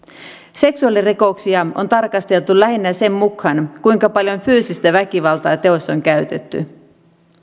seksuaalirikoksia on tarkasteltu lähinnä sen mukaan kuinka paljon fyysistä väkivaltaa teoissa on käytetty